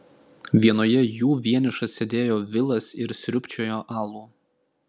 vienoje jų vienišas sėdėjo vilas ir sriubčiojo alų